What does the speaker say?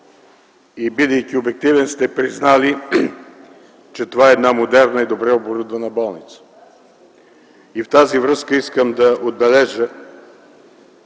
и, бидейки обективен, сте признали, че това е една модерна и добре оборудвана болница. В тази връзка искам да отбележа